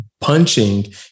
punching